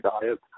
diet